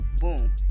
boom